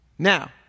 Now